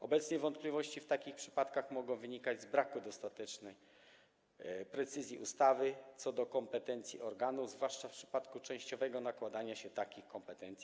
Obecnie wątpliwości w takich przypadkach mogą wynikać z braku dostatecznej precyzji ustawy co do kompetencji organu, zwłaszcza w przypadku częściowego nakładania się takich kompetencji.